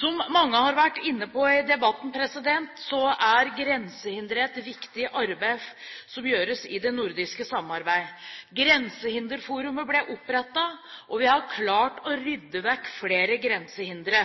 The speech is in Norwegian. Som mange har vært inne på i debatten, er grensehindre et viktig arbeid som gjøres i det nordiske samarbeidet. Grensehinderforumet ble opprettet, og vi har klart å rydde vekk flere grensehindre.